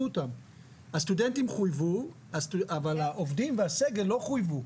הסטודנטים חויבו אבל העובדים והסגל לא חויבו,